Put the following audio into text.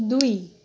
ଦୁଇ